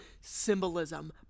symbolism